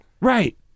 Right